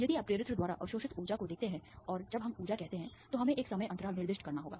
यदि आप प्रेरित्र द्वारा अवशोषित ऊर्जा को देखते हैं और जब हम ऊर्जा कहते हैं तो हमें एक समय अंतराल निर्दिष्ट करना होगा